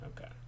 okay